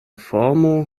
formo